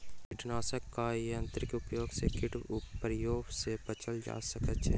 कीटनाशक आ यंत्रक उपयोग सॅ कीट प्रकोप सॅ बचल जा सकै छै